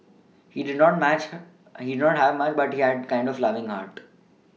he did not much her a he did not have much but he had a friend of loving heart